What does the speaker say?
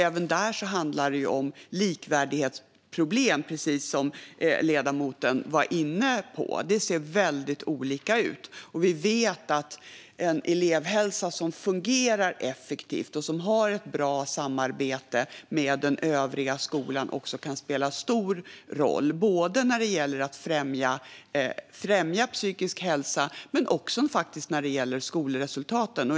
Även där handlar det om likvärdighetsproblem, precis som ledamoten var inne på. Det ser väldigt olika ut, och vi vet att en elevhälsa som fungerar effektivt och har ett bra samarbete med den övriga skolan också kan spela stor roll när det gäller att främja psykisk hälsa och också faktiskt när det gäller skolresultaten.